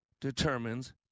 determines